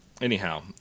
anyhow